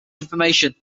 information